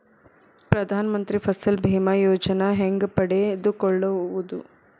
ಪ್ರಧಾನ ಮಂತ್ರಿ ಫಸಲ್ ಭೇಮಾ ಯೋಜನೆ ಹೆಂಗೆ ಪಡೆದುಕೊಳ್ಳುವುದು?